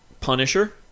Punisher